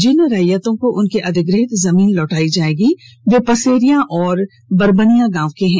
जिन रैयतों को उनकी अधिग्रहित जमीन लौटाई जाएगी वे पसेरिया और बरबनिया गांव के हैं